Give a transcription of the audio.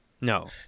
No